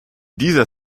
dieser